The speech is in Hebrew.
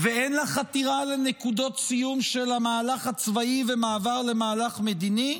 ואין לה חתירה לנקודות סיום של המהלך הצבאי ומעבר למהלך מדיני,